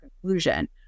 conclusion